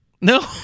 no